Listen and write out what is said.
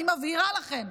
אני מבהירה לכם,